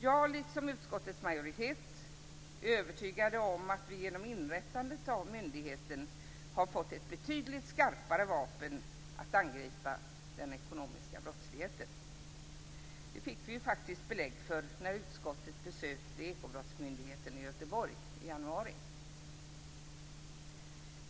Jag är, liksom utskottets majoritet, övertygad om att det genom inrättandet av myndigheten har skapats ett betydligt skarpare vapen att angripa den ekonomiska brottsligheten. Det fick vi belägg för när utskottet besökte Ekobrottsmyndigheten i Göteborg i januari.